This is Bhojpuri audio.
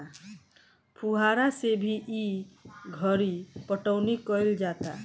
फुहारा से भी ई घरी पटौनी कईल जाता